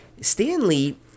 stanley